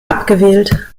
abgewählt